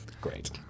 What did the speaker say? Great